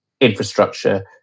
infrastructure